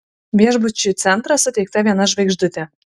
viešbučiui centras suteikta viena žvaigždutė